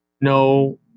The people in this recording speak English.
no